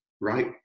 right